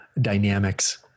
dynamics